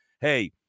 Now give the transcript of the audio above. hey